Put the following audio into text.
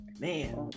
man